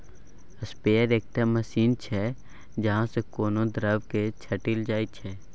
sprayer एकटा machine छै जाहि सँ कोनो द्रब केँ छीटल जाइ छै